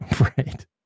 Right